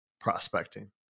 Prospecting